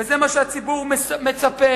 וזה מה שהציבור מצפה